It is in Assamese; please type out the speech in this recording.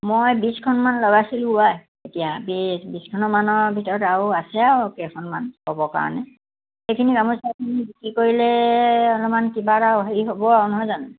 মই বিশখনমান লগাইছিলোঁ এতিয়া বিছ বিশখনৰ মানত ভিতৰত আৰু আছে আৰু কেইখনমান হ'বৰ কাৰণে সেইখিনি গামোচাখিনি বিক্ৰী কৰিলে অলপমান কিবা এটা হেৰি হ'ব আৰু নহয় জানো